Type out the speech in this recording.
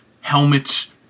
helmets